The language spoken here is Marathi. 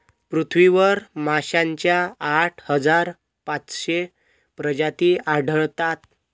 पृथ्वीवर माशांच्या आठ हजार पाचशे प्रजाती आढळतात